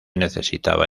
necesitaba